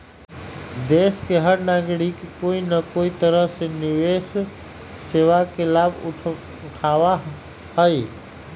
देश के हर नागरिक कोई न कोई तरह से निवेश सेवा के लाभ उठावा हई